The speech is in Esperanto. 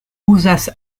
uzas